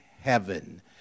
heaven